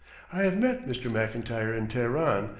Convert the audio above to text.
i have met mr. mclntyre in teheran,